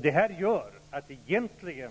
Detta gör att man egentligen